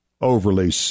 overly